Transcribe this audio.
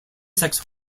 sex